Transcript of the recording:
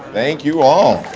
thank you all.